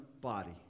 body